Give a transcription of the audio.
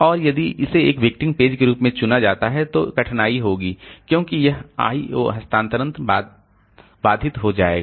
और यदि इसे एक विक्टिम पेज के रूप में चुना जाता है तो कठिनाई होगी क्योंकि यह I O हस्तांतरण बाधित हो जाएगा